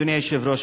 אדוני היושב-ראש,